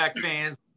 fans